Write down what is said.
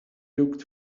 looked